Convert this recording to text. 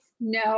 No